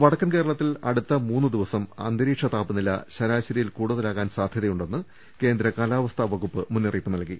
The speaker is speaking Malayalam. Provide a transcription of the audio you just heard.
വടക്കൻ കേരളത്തിൽ അടുത്ത മൂന്ന് ദിവസം അന്തരീക്ഷ താപ നില ശരാശരിയിൽ കൂടുതലാകാൻ സാധ്യതയുണ്ടെന്ന് കേന്ദ്രകാലാ വസ്ഥാ വകുപ്പ് മുന്നറിയിപ്പ് നൽകി